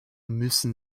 müssen